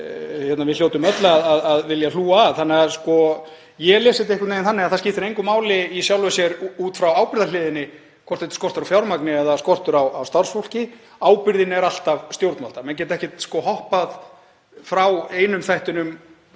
við hljótum öll að vilja hlúa að. Ég les það einhvern veginn þannig að engu máli skipti í sjálfu sér út frá ábyrgðarhliðinni hvort þetta sé skortur á fjármagni eða skortur á starfsfólki, ábyrgðin er alltaf stjórnvalda. Menn geta ekkert hoppað frá einum þættinum